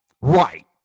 Right